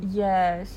yes